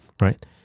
Right